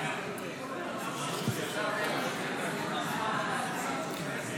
בדבר תוספת תקציב לא נתקבלו.